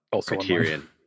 Criterion